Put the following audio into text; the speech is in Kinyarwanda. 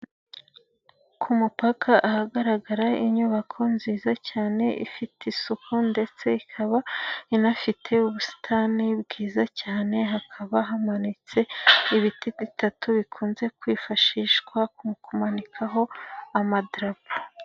Ku mupaka ahagaragara inyubako nziza cyane, ifite isuku ndetse ikaba inafite ubusitani bwiza cyane, hakaba hamanitse ibiti bitatu, bikunze kwifashishwa mu kumanikaho amadarapo.